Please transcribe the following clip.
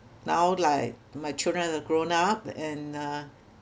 now like my children are grown up and uh